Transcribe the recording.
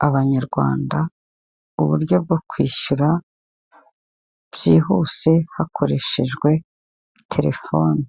n'abagura mu byo tubonamo, turabonamo imyenda, ibikapu bimanitse n'ibibiri hasi, amavarize tukabona inzitiramubu zimanitse n'ibindi byinshi mu isoko biba birimo.